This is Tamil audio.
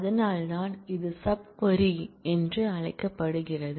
அதனால்தான் இது சப் க்வரி என்று அழைக்கப்படுகிறது